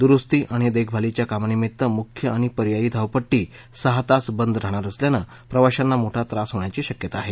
दुरुस्ती आणि देखभालीच्या कामानिमित्त मुख्य आणि पर्यायी धावपट्टी सहा तास बंद राहणार असल्यानं प्रवाशांना मोठा त्रास होण्याची शक्यता आहे